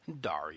Dario